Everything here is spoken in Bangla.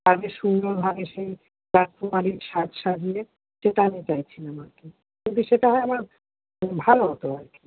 তাকে সুন্দর ভাবেই সেই রাজকুমারীর সাজ সাজিয়ে যেটা আমি চাইছিলাম আর কি যদি সেটা হয় আমার ভালো হত আর কি